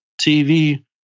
TV